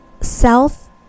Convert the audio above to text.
self